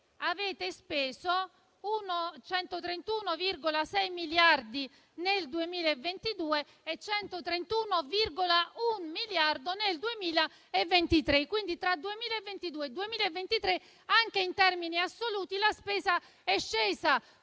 avete speso 131,6 miliardi nel 2022 e 131,1 miliardi nel 2023. Tra 2022 e 2023 quindi, anche in termini assoluti, la spesa è scesa: